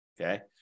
okay